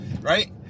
right